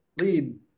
Lead